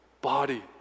body